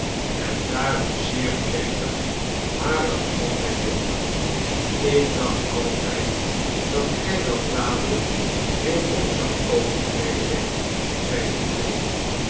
en daarop zeer plechtig hare gezondheid dronk ik dacht altijd dat gij wel dadelijk weerom zoudt komen frederik zeide quilp